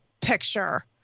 picture